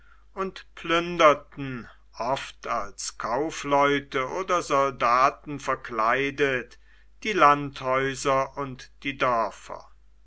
und plünderten oft als kaufleute oder soldaten verkleidet die landhäuser und die dörfer